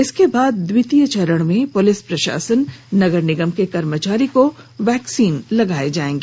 इसके बाद द्वितीय चरण में पुलिस प्रशासन नगर निगम के कर्मचारी को वैक्सीन लगाया जाएगा